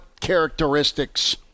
characteristics